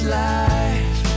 life